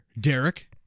Derek